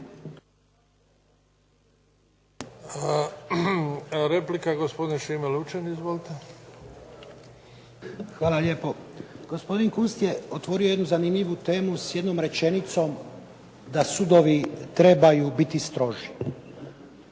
Replika, gospodin Šime Lučin. Izvolite. **Lučin, Šime (SDP)** Hvala lijepo. Gospodin Kunst je otvorio jednu zanimljivu temu s jednom rečenicom da sudovi trebaju biti stroži.